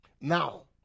Now